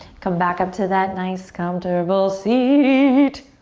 come back up to that nice, comfortable seat.